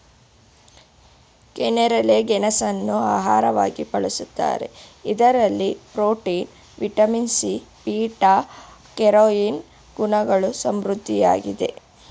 ಕೆನ್ನೇರಳೆ ಗೆಣಸನ್ನು ಆಹಾರವಾಗಿ ಬಳ್ಸತ್ತರೆ ಇದರಲ್ಲಿ protein, vitamin C, beta carotene ಗುಣಗಳು ಸಮೃದ್ಧವಾಗಿದೆ